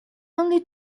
only